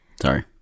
Sorry